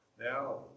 Now